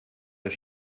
das